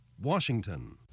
Washington